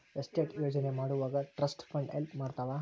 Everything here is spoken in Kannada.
ಎಸ್ಟೇಟ್ ಯೋಜನೆ ಮಾಡೊವಾಗ ಟ್ರಸ್ಟ್ ಫಂಡ್ ಹೆಲ್ಪ್ ಮಾಡ್ತವಾ